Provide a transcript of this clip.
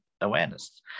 awareness